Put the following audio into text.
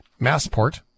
Massport